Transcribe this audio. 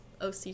OC